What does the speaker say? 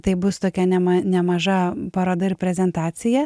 tai bus tokia nema nemaža paroda ir prezentacija